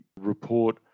report